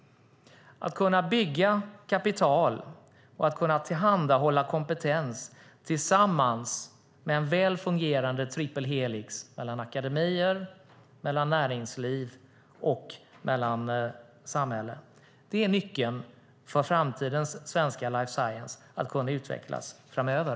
Att kunna bygga kapital och kunna tillhandahålla kompetens tillsammans med en väl fungerande triple helix mellan akademier, näringsliv och samhälle är nyckeln för att framtidens svenska life science ska kunna utvecklas framöver.